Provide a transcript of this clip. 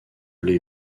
les